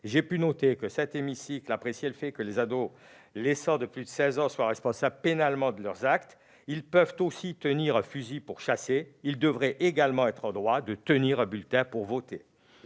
J'ai pu noter que cet hémicycle appréciait le fait que les adolescents de plus de 16 ans soient responsables pénalement de leurs actes. Ils peuvent aussi tenir un fusil pour chasser. Ils devraient également être en droit de tenir un bulletin de vote.